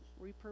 repurpose